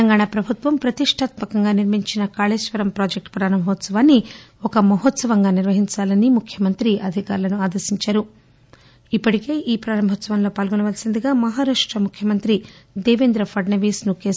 తెలంగాణ ప్రభుత్వం ప్రతిష్షాత్మ కంగా నిర్మించిన కాళేశ్వరం ప్రాజెక్టు ప్రారంభోత్సవాన్ని ఒక మహోత్సవంగా నిర్వహించాలని ముఖ్యమంత్రి ఈ ప్రారంభోత్సవంలోపాల్గొనవల్సిందిగా మహారాష్ట ముఖ్యమంత్రి దేవేంద్ర పడ్స వీస్ను కె